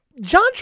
John